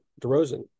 DeRozan